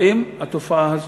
עם התופעה הזאת.